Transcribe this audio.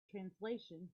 translation